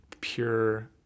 pure